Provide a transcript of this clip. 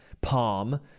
Palm